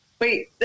Wait